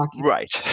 right